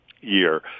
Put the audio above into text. year